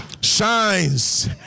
shines